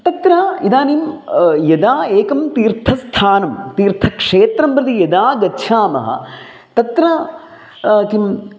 तत्र इदानीं यदा एकं तीर्थस्थानं तीर्थक्षेत्रं प्रति यदा गच्छामः तत्र किम्